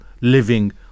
living